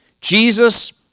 Jesus